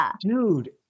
Dude